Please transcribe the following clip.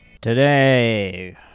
Today